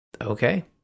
Okay